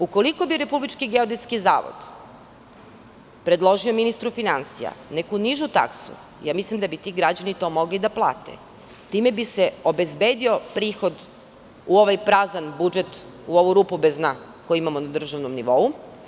Ukoliko bi RGZ predložio ministru finansija neku nižu taksu, mislim da bi ti građani mogli da plate i time bi se obezbedio prihod u ovaj prazan budžet, u ovu rupu bez dna što imamo na državnom nivou.